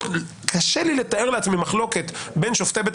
קשה לי לתאר לעצמי מחלוקת בין שופטי בית